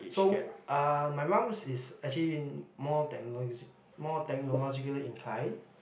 so uh my mum's is actually more more more technologically inclined